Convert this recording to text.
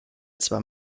zwar